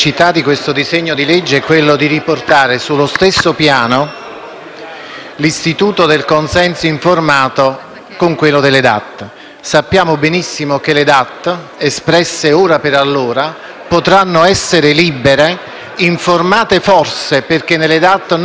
l'istituto del consenso informato e quello delle DAT. Sappiamo benissimo che le DAT, espresse ora per allora, potranno essere libere, ma forse non informate, perché nelle DAT non si contempla la sottoscrizione dell'informazione da parte del medico.